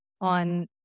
on